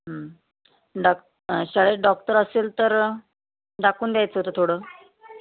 हं डॉक शाळेत डॉक्टर असेल तर दाखवून द्यायचं होतं थोडं